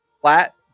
flat